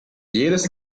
jedes